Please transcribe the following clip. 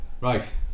right